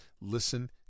listen